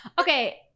Okay